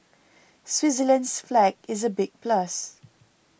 Switzerland's flag is a big plus